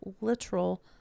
literal